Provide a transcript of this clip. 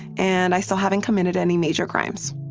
and i still haven't committed any major crimes.